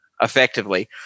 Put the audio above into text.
effectively